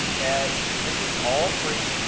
and this is all free.